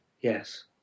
Yes